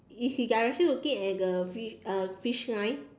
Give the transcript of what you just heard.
is it direction looking at the fish uh fish line